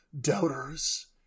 doubters